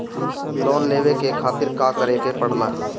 Loan लेवे के खातिर का करे के पड़ेला?